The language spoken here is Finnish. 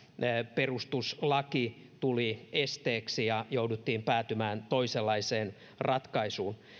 perustuslaki tuli esteeksi ja jouduttiin päätymään toisenlaiseen ratkaisuun